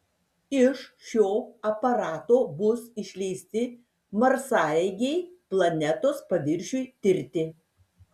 iš šio aparato bus išleisti marsaeigiai planetos paviršiui tirti